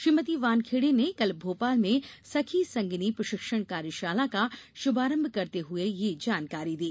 श्रीमती वानखेड़े ने कल भोपाल में सखी संगिनी प्रशिक्षण कार्यशाला का शुभारंभ करते हुए यह जानकारी दी